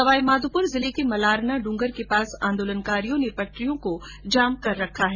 सवाई माधोपुर जिले में मलारना डूंगर के पास आंदोलनकारियों ने पटरियों को जाम कर रखा है